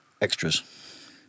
extras